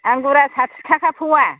आंगुरा साथि थाखा फ'वा